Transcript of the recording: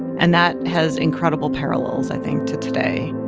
and that has incredible parallels, i think, to today.